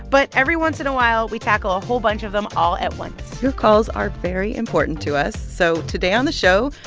but every once in a while, we tackle a whole bunch of them all at once your calls are very important to us. so today on the show,